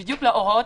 הדרושה".